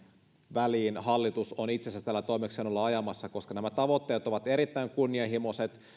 väliin hallitus on itsensä tällä toimeksiannolla ajamassa koska nämä tavoitteet ovat erittäin kunnianhimoiset